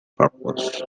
purpose